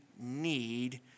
need